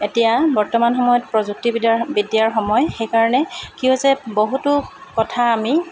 এতিয়া বৰ্তমান সময়ত প্ৰযুক্তিবিদ্যাৰ বিদ্য়াৰ সময় সেইকাৰণে কি হৈছে বহুতো কথা আমি